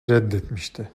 reddetmişti